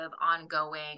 ongoing